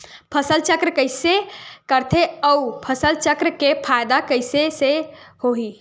फसल चक्र कइसे करथे उ फसल चक्र के फ़ायदा कइसे से होही?